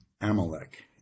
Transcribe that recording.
Amalek